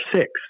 six